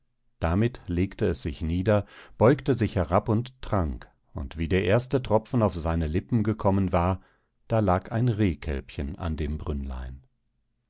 damit legte es sich nieder beugte sich herab und trank und wie der erste tropfen auf seine lippen gekommen war da lag ein rehkälbchen an dem brünnlein